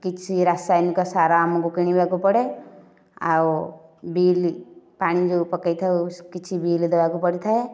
କିଛି ରାସାୟନିକ ସାର ଆମକୁ କିଣିବାକୁ ପଡେ ଆଉ ବିଲ୍ ପାଣି ଯେଉଁ ପକେଇଥାଉ କିଛି ବିଲ୍ ଦେବାକୁ ପଡିଥାଏ